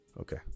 okay